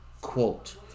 Quote